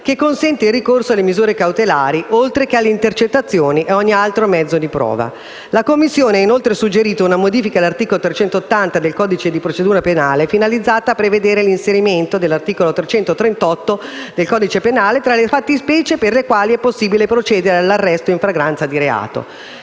che consente il ricorso alle misure cautelari, oltre che alle intercettazioni e ad ogni altro mezzo di prova. La Commissione ha inoltre suggerito una modifica all'articolo 380 del codice di procedura penale, finalizzata a prevedere l'inserimento dell'articolo 338 del codice penale tra le fattispecie per le quali è possibile procedere all'arresto in flagranza di reato.